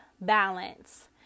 balance